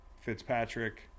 Fitzpatrick